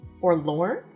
forlorn